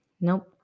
nope